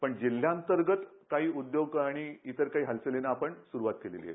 पण जिल्ह्यांतर्गत काही उद्योग आणि इतर काही हलचालींना आपण सुरूवात केली आहे